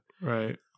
Right